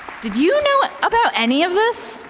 did you know about any of this?